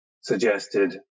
suggested